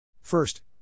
First